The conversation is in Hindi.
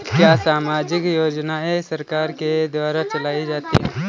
क्या सामाजिक योजनाएँ सरकार के द्वारा चलाई जाती हैं?